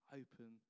open